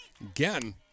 Again